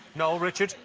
noel, richard?